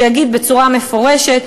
שיגיד בצורה מפורשת.